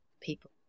people